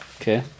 Okay